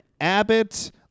abbott